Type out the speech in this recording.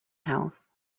house